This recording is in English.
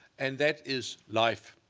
and that is life.